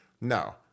no